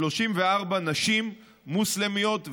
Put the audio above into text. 34 נשים מוסלמיות,